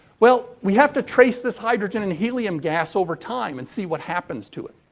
well, we have to trace this hydrogen and helium gas over time and see what happens to it.